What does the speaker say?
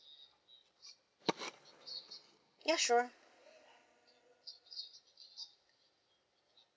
ya sure